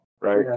Right